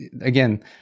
again